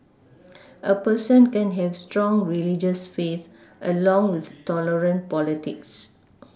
a person can have strong religious faith along with tolerant politics